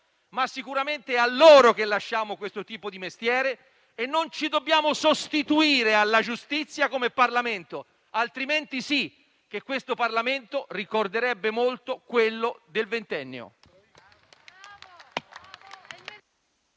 è sicuramente a loro che lasciamo questo tipo di mestiere e non ci dobbiamo sostituire alla giustizia come Parlamento. In caso contrario, lo stesso Parlamento ricorderebbe molto quello del ventennio.